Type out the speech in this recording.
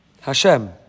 Hashem